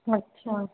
अच्छा